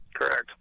Correct